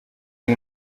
ari